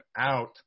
out